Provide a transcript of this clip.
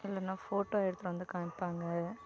இல்லைன்னா ஃபோட்டோ எடுத்துகிட்டு வந்து காமிப்பாங்க